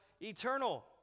eternal